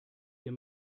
ihr